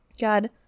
God